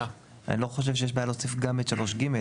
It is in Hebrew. אני לא חושב שיש בעיה להוסיף גם את 3(ג).